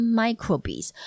microbes